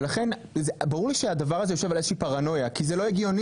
ולכן ברור לי שהדבר הזה יושב על איזו שהיא פרנויה כי זה לא הגיוני,